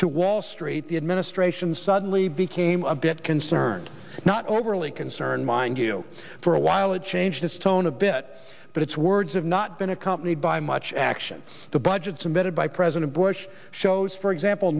to wall street the administration suddenly became a bit concerned not overly concerned mind you for a while it changed its tone a bit but its words have not been accompanied by much action the budget submitted by president bush shows for example